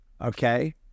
okay